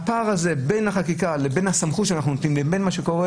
הפער הזה בין החקיקה לבין הסמכות שאנחנו נותנים לבין מה שקורה